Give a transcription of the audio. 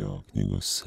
jo knygos